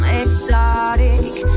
exotic